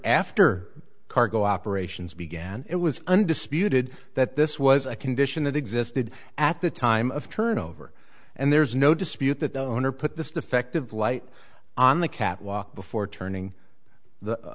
after cargo operations began it was undisputed that this was a condition that existed at the time of turnover and there's no dispute that the owner put this defective light on the catwalk before turning the